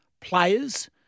players